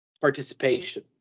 Participation